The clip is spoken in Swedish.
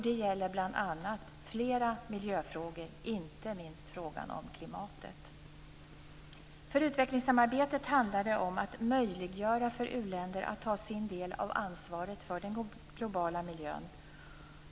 Det gäller bl.a. flera miljöfrågor - inte minst frågan om klimatet. För utvecklingssamarbetet handlar det om att möjliggöra för u-länder att ta sin del av ansvaret för den globala miljön.